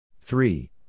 Three